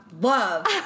Love